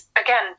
again